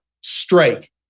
strike